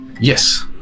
Yes